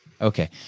Okay